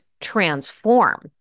transform